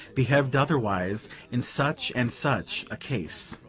behaved otherwise in such and such a case.